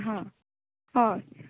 हां हय